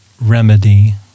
remedy